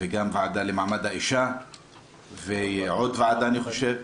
וגם הוועדה למעמד האישה, ועוד ועדה אני חושב,